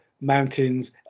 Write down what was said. mountains